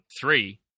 Three